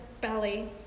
belly